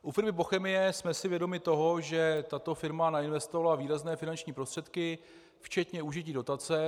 U firmy Bochemie jsem si vědomi toho, že tato firma nainvestovala výrazné finanční prostředky včetně užití dotace.